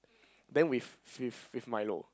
then with with with milo